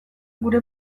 gure